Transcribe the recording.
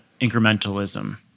incrementalism